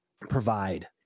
provide